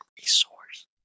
resource